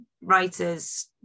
writer's